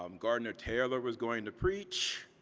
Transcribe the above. um gardner taylor was going to preach.